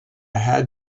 had